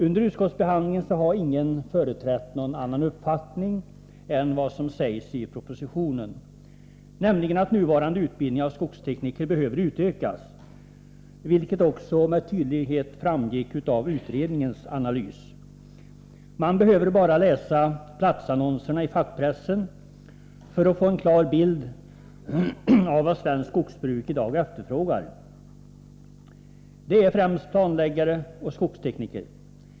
Under utskottsbehandlingen har ingen företrätt någon annan uppfattning än vad som sägs i propositionen, nämligen att nuvarande utbildning av skogstekniker behöver utökas, vilket också med tydlighet framgick av skogsutbildningsutredningens analys. Man behöver bara läsa platsannonserna i fackpressen för att få en klar bild av vad svenskt skogsbruk i dag efterfrågar. Det är främst planläggare och skogstekniker.